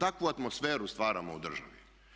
Takvu atmosferu stvaramo u državi.